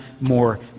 more